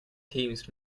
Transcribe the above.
teams